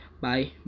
bye